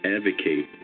Advocate